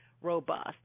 robust